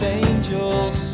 angels